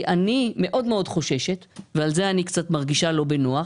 אני מאוד מאוד חוששת ועל זה אני מרגישה קצת לא בנוח